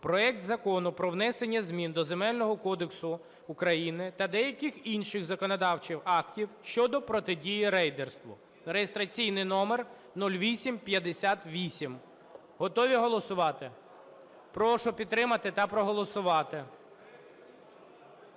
проект Закону про внесення змін до Земельного кодексу України та деяких інших законодавчих актів щодо протидії рейдерству (реєстраційний номер 0858). Готові голосувати? Прошу підтримати та проголосувати.